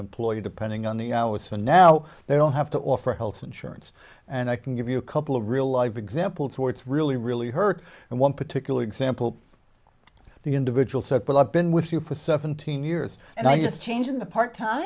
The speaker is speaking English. employee depending on the was so now they don't have to offer health insurance and i can give you a couple of real life examples where it's really really hurt and one particular example the individual said but i've been with you for seventeen years and i'm just changing the part time